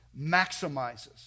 maximizes